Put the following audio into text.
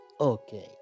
Okay